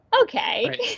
okay